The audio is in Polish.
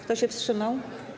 Kto się wstrzymał?